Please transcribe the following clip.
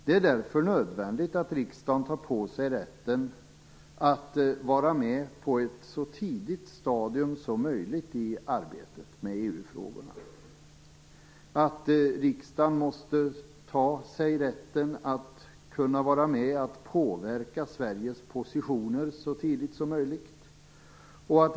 Därför är det nödvändigt att riksdagen tar på sig rätten att vara med på ett så tidigt stadium som möjligt i arbetet med EU-frågorna. Riksdagen måste ta sig rätten att kunna vara med och påverka Sveriges positioner så tidigt som möjligt.